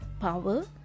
power